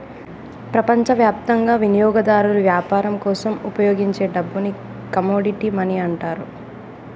ప్రపంచవ్యాప్తంగా వినియోగదారులు వ్యాపారం కోసం ఉపయోగించే డబ్బుని కమోడిటీ మనీ అంటారు